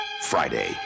Friday